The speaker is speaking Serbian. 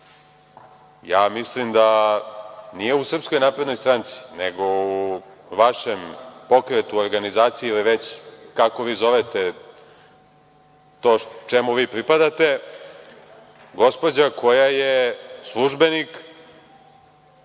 ja mislim da nije u SNS, nego u vešem pokretu, organizaciji ili već kako vi zovete to čemu vi pripadate, gospođa koja je službenik